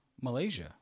Malaysia